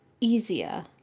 easier